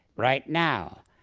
right now,